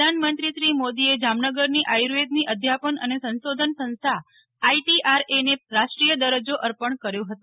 પ્રધાનમંત્રીશ્રી મોદીએ જામનગરની આયુર્વેદની અધ્યાપન અને સંશોધન સંસ્થા આઇટીઆરએ ને રાષ્ટ્રીરીય દરજ્જો અર્પણ કર્યો હતો